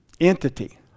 entity